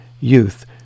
youth